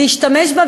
להשתמש בה,